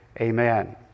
Amen